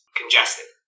congested